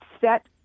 set